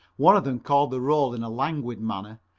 one of them called the roll in a languid manner,